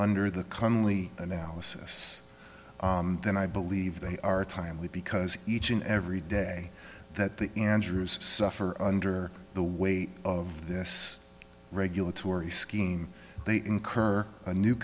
under the commonly analysis then i believe they are timely because each and every day that andrews suffer under the weight of this regulatory scheme they incur a new